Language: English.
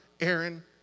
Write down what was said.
Aaron